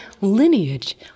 lineage